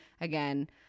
again